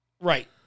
Right